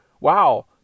wow